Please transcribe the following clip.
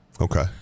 Okay